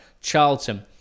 Charlton